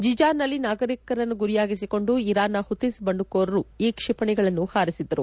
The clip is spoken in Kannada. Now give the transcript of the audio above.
ಜಿಜಾನ್ನಲ್ಲಿ ನಾಗರಿಕರನ್ನು ಗುರಿಯಾಗಿಸಿಕೊಂಡು ಇರಾನ್ನ ಹುಥಿಸ್ ಬಂಡುಕೋರರು ಈ ಕ್ಷಿಪಣಿಗಳನ್ನು ಹಾರಿಸಿದ್ದರು